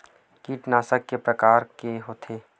कीटनाशक के प्रकार के होथे?